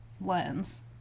lens